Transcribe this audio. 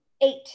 Eight